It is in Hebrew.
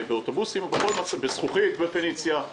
באוטובוסים, בזכוכית בפניציה,